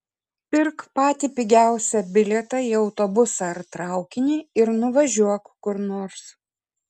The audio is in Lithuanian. pirk patį pigiausią bilietą į autobusą ar traukinį ir nuvažiuok kur nors